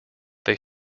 they